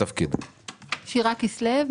תציגי את עצמך.